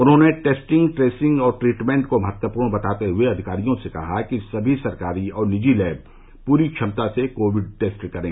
उन्होंने testing tracing और treatment को महत्वपूर्ण बताते हुए अधिकारियों से कहा कि समी सरकारी और निजी लैब पूरी क्षमता से कोविड टेस्ट करे